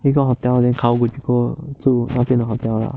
一个 hotel then kawaguchiko 住那边的 hotel lah